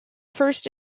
first